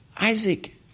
Isaac